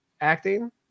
acting